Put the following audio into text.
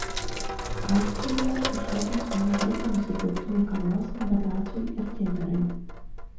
austrijoje už tokią sumą vargiai nusipirktumei kavos bet laciui ir tiek gerai